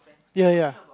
ya ya